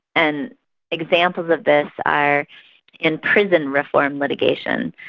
and examples of this are in prison reform litigation.